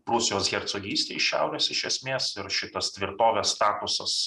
prūsijos hercogystę iš šiaurės iš esmės ir šitas tvirtovės statusas